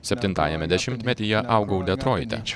septintajame dešimtmetyje augau detroite